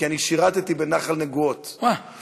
כי אני שירתּי בנח"ל בנגוהות ואני